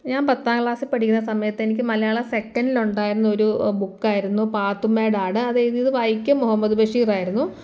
ഞാൻ പത്താം ക്ലാസ്സിൽ പഠിക്കുന്ന സമയത്ത് എനിക്ക് മലയാളം സെക്കൻ്റിലുണ്ടായിരുന്ന ഒരു ബുക്കായിരുന്നു പാത്തുമ്മയുടെ ആട് അത് എഴുതിയത് വൈക്കം മുഹമ്മദ് ബഷീറായിരുന്നു